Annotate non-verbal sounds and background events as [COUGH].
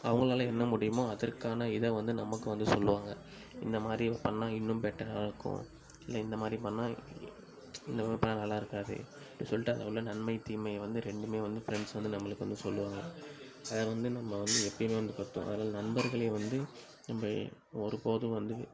அவங்களால என்ன முடியுமோ அதற்கான இதை வந்து நமக்கு வந்து சொல்லுவாங்க இந்த மாதிரி பண்ணால் இன்னும் பெட்டராக இருக்கும் இல்லை இந்த மாதிரி பண்ணால் இந்த மாதிரி பண்ணால் நல்லாருக்காது அப்படி சொல்லிட்டு அது உள்ள நன்மை தீமையை வந்து ரெண்டுமே வந்து ஃப்ரெண்ட்ஸ் வந்து நம்மளுக்கு வந்து சொல்லுவாங்க வேறு வந்து நம்ம வந்து எப்பையுமே வந்து [UNINTELLIGIBLE] அதனால் நண்பர்களை வந்து நம்ப ஒருபோதும் வந்து